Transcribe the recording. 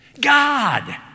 God